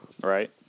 right